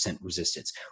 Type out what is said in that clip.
resistance